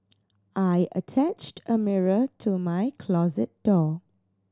I attached a mirror to my closet door